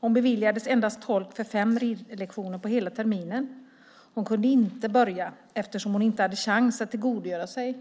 Hon beviljades tolk endast för fem ridlektioner på hela terminen och kunde inte börja eftersom hon inte hade chans att tillgodogöra sig